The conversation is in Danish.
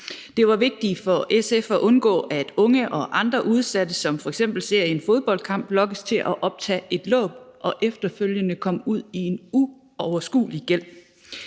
Det var vigtigt for SF at undgå, at unge og andre udsatte, som f.eks. ser en fodboldkamp, lokkes til at optage et lån og efterfølgende kommer ud i en uoverskuelig gæld.